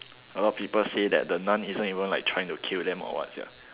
a lot of people that the nun isn't even like trying to kill them or what sia